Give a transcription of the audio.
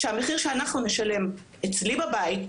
שהמחיר שאנחנו נשלם אצלי בבית,